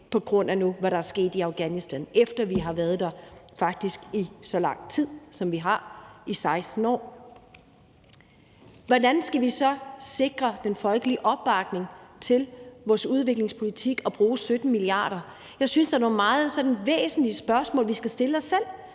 på grund af det, der nu er sket i Afghanistan, efter at vi har været der i så lang tid, som vi faktisk har, nemlig 16 år. Hvordan skal vi så sikre den folkelige opbakning til vores udviklingspolitik og til at bruge 17 mia. kr.? Jeg synes, der er nogle meget væsentlige spørgsmål, vi skal stille os selv,